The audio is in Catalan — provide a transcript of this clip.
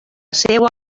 seua